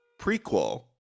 prequel